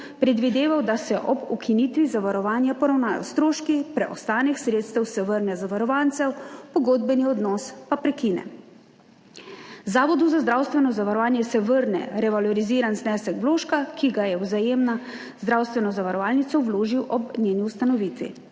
predvideval, da se ob ukinitvi zavarovanja poravnajo stroški, preostanek sredstev se vrne, zavarovancev pogodbeni odnos pa prekine. Zavodu za zdravstveno zavarovanje se vrne revaloriziran znesek vložka, ki ga je Vzajemna zdravstvena zavarovalnica vložil ob njeni ustanovitvi.